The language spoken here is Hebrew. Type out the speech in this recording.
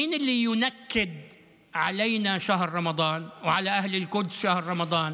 מי זה שעושה צרות בחודש הרמדאן, בחודש הרמדאן,